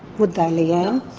would they leanne?